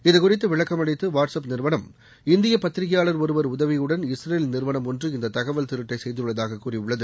இது குறித்து விளக்கம் அளித்து வாட்ஸ் அப் நிறுவனம் இந்திய பத்திரிகையாளர் ஒருவர் உதவியுடன் இஸ்ரேல் நிறுவனம் ஒன்று இந்த தகவல் திருட்டை செய்துள்ளதாக கூறியுள்ளது